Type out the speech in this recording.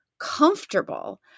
comfortable